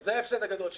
זה ההפסד הגדול שלנו.